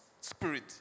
spirit